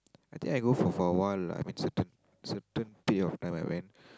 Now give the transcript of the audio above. I think I go for for a while lah I mean certain certain period of time I went